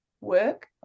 work